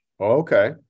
okay